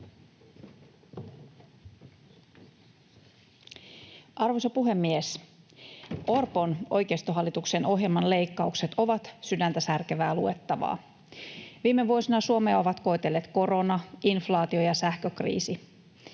Arvoisa puhemies! Orpon oikeistohallituksen ohjelman leikkaukset ovat sydäntäsärkevää luettavaa. Viime vuosina Suomea ovat koetelleet korona, inflaatio ja sähkökriisi.